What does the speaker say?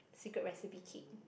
secret recipe cake